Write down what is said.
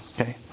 Okay